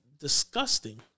disgusting